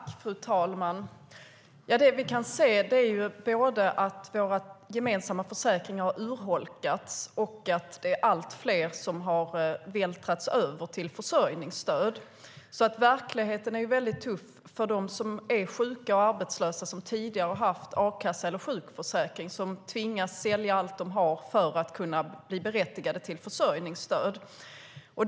Fru talman! Det vi kan se är att våra gemensamma försäkringar har urholkats och att allt fler har vältrats över till försörjningsstöd. Verkligheten är väldigt tuff för dem som är sjuka och arbetslösa och som tidigare haft a-kassa eller sjukförsäkring och som tvingas att sälja allt de har för att kunna bli berättigade till försörjningsstöd.